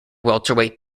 welterweight